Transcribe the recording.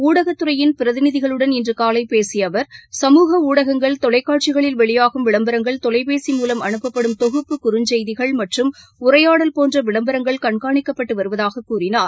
ஊடக துறையின் பிரதிநிதிகளுடன் இன்று காலை பேசிய அவர் சமூக ஊடகங்கள் தொலைக்காட்சிகளில் வெளியாகும் விளம்பரங்கள் தொலைபேசி மூலம் அனுப்பப்படும் தொகுப்பு குறஞ்செய்திகள் மற்றும் உரையாடல் போன்ற விளம்பரங்கள் கண்காணிக்கப்பட்டு வருவதாக கூறினார்